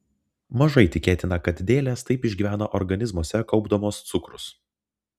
mažai tikėtina kad dėlės taip išgyvena organizmuose kaupdamos cukrus